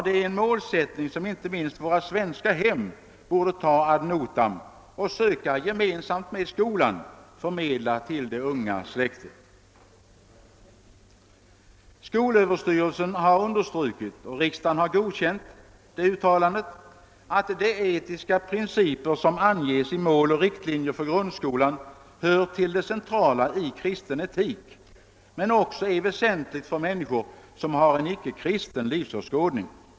Det är en målsättning som inte minst våra svenska hem borde ta ad notam och söka, gemensamt med skolan, förmedla till det unga släktet. Skolöverstyrelsen har understrukit — och riksdagen har godkänt det uttalandet — att de etiska principer som anges i »Mål och riktlinjer för grundskolan» hör till det centrala i kristen etik men också är väsentligt för människor som har en icke kristen livsåskådning.